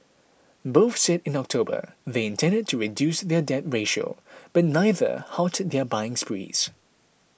both said in October they intended to reduce their debt ratio but neither halted their buying sprees